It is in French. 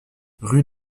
rue